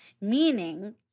Meaning